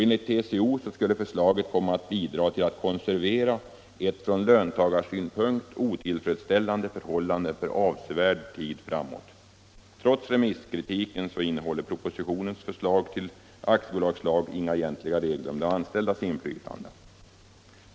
Enligt TCO skulle förslaget, om det genomfördes, komma att bidra till att konservera ett från löntagarsynpunkt otillfredsställande förhållande för avsevärd tid framåt. Trots remisskritiken innehåller propositionens förslag till aktiebolagslag inga egentliga regler om de anställdas inflytande.